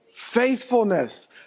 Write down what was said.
Faithfulness